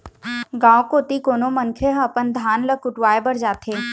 गाँव कोती कोनो मनखे ह अपन धान ल कुटावय बर जाथे